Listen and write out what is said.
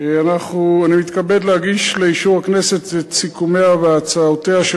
אני מתכבד להגיש לאישור הכנסת את סיכומיה והצעותיה של